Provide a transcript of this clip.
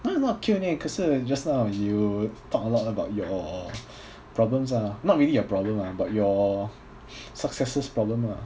!huh! not Q&A 可是 just now you talk a lot about your problems ah not really your problem lah but your successor's problem lah